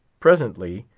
presently,